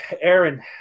Aaron